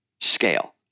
scale